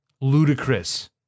ludicrous